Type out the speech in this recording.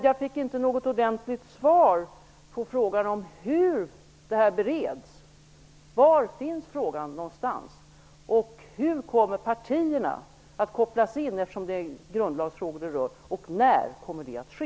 Jag fick inte något svar på frågan om hur detta bereds. Var finns frågan? Hur kommer partierna att kopplas in med tanke på att det gäller grundlagsfrågor? När kommer det att ske?